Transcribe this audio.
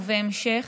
ובהמשך